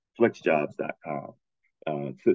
FlexJobs.com